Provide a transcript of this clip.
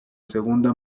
segunda